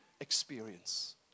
experience